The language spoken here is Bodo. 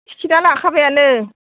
टिकेटआ लाखाबायानो